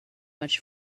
much